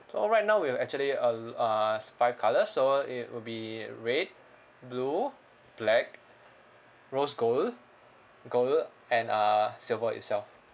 so right now we will actually al~ uh s~ five colours so it will be red blue black rose gold gold and uh silver itself